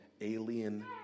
alien